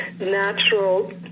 natural